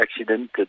accident